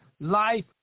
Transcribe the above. life